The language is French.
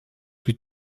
plus